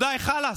ותגידו: די, חלאס.